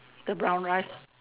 the brown rice